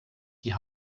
die